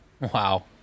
Wow